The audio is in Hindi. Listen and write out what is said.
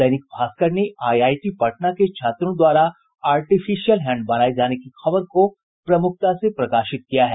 दैनिक भास्कर ने आईआईटी पटना के छात्रों द्वारा आर्टिफिशियल हैंड बनाए जाने की खबर को प्रमुखता से प्रकाशित किया है